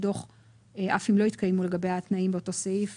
דוח אף אם לא התקיימו לגביה התנאים באותו סעיף